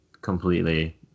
completely